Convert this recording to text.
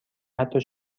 حتی